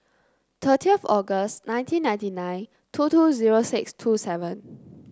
thirty of August nineteen ninety nine two two zero six two seven